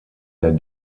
der